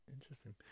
interesting